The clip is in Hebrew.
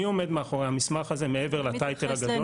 מי עומד מאחורי המסמך הזה מעבר לטייטל הזה.